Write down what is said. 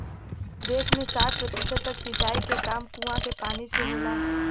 देस में साठ प्रतिशत तक सिंचाई के काम कूंआ के पानी से होला